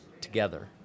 together